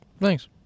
Thanks